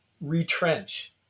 retrench